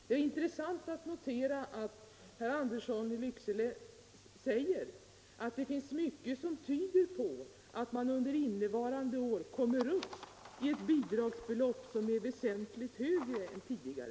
Det är intressant att notera att herr Andersson i Lycksele säger att mycket tyder på att man under innevarande år kommer upp till ett bidragsbelopp som är väsentligt högre än tidigare.